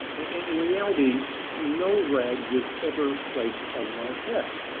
in reality, no rag was ever placed on my head.